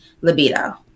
libido